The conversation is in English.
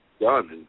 done